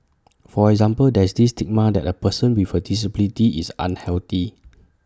for example there's this stigma that A person with A disability is unhealthy